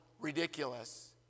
ridiculous